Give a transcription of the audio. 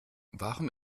warum